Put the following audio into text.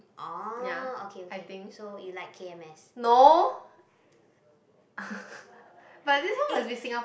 oh okay okay so you like K_N_S